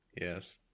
yes